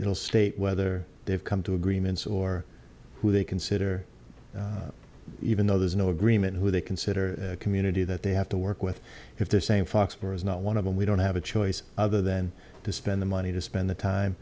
state whether they've come to agreements or who they consider even though there's no agreement who they consider community that they have to work with if they're saying fox four is not one of them we don't have a choice other than to spend the money to spend the time